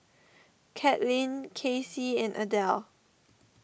Caitlin Kacy and Adele